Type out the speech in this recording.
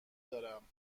دارم